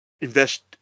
invest